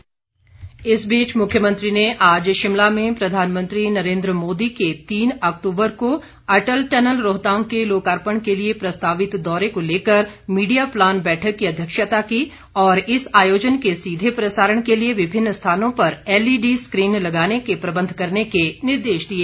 media बैठक इस बीच मुख्यमंत्री ने आज शिमला में प्रधानमंत्री नरेंद्र मोदी के तीन अक्तूबर को अटल टनल रोहतांग के लोकार्पण के लिए प्रस्तावित दौरे को लेकर मीडिया प्लान बैठक की अध्यक्षता की और इस आयोजन के सीधे प्रसारण के लिए विभिन्न स्थानों पर एलईडी स्क्रीन लगाने के प्रबंध करने के निर्देश दिए